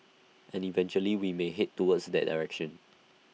and eventually we may Head towards that direction